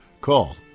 Call